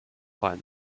juan